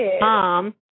mom